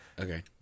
Okay